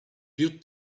più